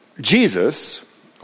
Jesus